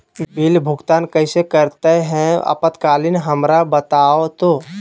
Bill भुगतान कैसे करते हैं आपातकालीन हमरा बताओ तो?